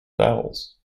vowels